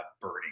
burning